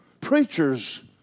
Preachers